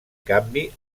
canvi